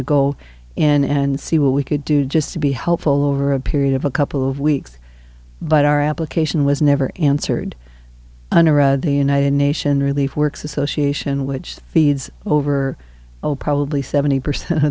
to go in and see what we could do just to be helpful over a period of a couple of weeks but our application was never answered the united nations relief works association which feeds over probably seventy percent of